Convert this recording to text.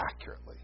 accurately